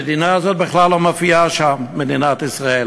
המדינה הזאת בכלל לא מופיעה שם, מדינת ישראל.